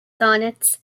sonnets